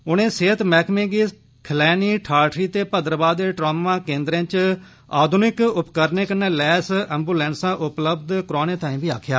उनें सेहत मैहकमें गी खलैनी ठाठरी ते भद्रवाह दे ट्रामा केन्द्रे च आधुनिक उपकरने कन्नै लैस एंबुलेंसां उपलब्ध करोआने तांई बी आक्खेआ